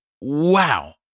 wow